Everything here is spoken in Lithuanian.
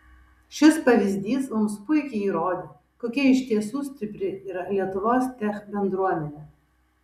šis pavyzdys mums puikiai įrodė kokia iš tiesų stipri yra lietuvos tech bendruomenė